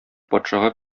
патшага